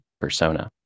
Persona